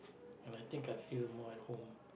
and I think I feel more at home